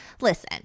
listen